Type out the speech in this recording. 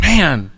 Man